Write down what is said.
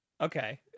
Okay